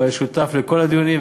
הוא היה שותף לכל הדיונים,